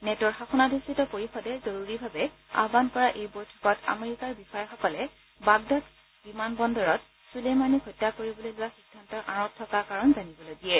নেটোৰ শাসনাধিষ্ঠ পৰিষদে জৰুৰীভাৱে আয়ান কৰা এই বৈঠকত আমেৰিকাৰ বিষয়াসকলে বাগদাদ বিমান বন্দৰত চূলেইমানিক হত্যা কৰিবলৈ লোৱা সিদ্ধান্তৰ আঁৰত থকা কাৰণ জানিবলৈ দিয়ে